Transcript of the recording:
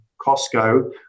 costco